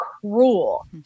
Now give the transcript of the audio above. cruel